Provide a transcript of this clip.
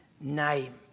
name